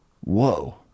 whoa